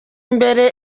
imbere